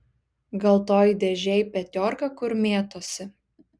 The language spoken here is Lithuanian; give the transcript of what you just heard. gal toj dėžėj petiorka kur mėtosi